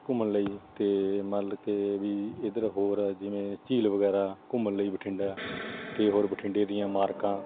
ਘੁੰਮਣ ਲਈ ਅਤੇ ਮਤਲਬ ਕੇ ਵੀ ਇੱਧਰ ਹੋਰ ਜਿਵੇਂ ਝੀਲ ਵਗੈਰਾ ਘੁੰਮਣ ਲਈ ਬਠਿੰਡਾ ਅਤੇ ਹੋਰ ਬਠਿੰਡੇ ਦੀਆਂ ਇਮਾਰਤਾਂ